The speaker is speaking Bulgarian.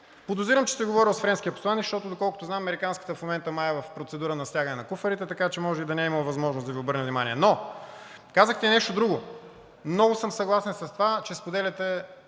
Подозирам, че сте говорили с френския посланик, защото, доколкото знам, американският в момента май е в процедура на стягане на куфарите, така че може и да не е имал възможност да Ви обърне внимание. Но казахте нещо друго – много съм съгласен с това, че споделяте